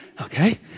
Okay